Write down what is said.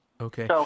Okay